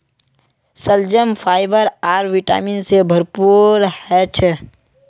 शलजम फाइबर आर विटामिन से भरपूर ह छे